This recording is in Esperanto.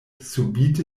subite